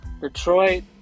Detroit